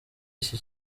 iki